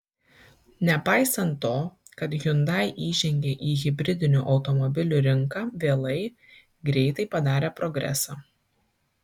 nepaisant to kad hyundai įžengė į hibridinių automobilių rinką vėlai greitai padarė progresą